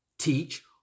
teach